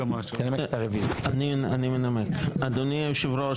אדוני היושב-ראש,